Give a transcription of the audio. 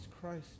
Christ